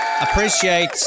appreciate